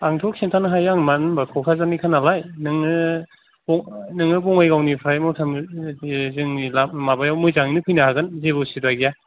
आंथ' खिन्थानो हायो आं मानो होनोबा आं क'क्राझारनिनोखा नालाय नोंङो नोङो बंगाइगावनिफ्राय बिदिनो जोंनि लामायाव मोजांङो फैनो हागोन जेबो उसुबिदा गैया